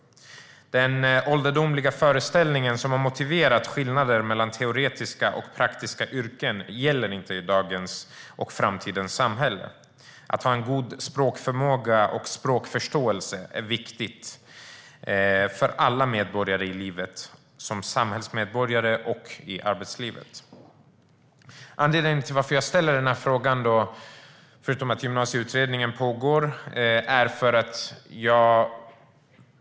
Den ålderdomliga föreställning som har motiverat skillnader mellan teoretiska och praktiska yrken gäller inte i dagens och framtidens samhälle. Att ha en god språkförmåga och språkförståelse är viktigt för alla medborgare som samhällsmedborgare och i arbetslivet. Det finns ännu en anledning, förutom att Gymnasieutredningen pågår, till att jag ställer frågan.